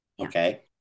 Okay